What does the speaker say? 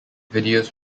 videos